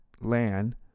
land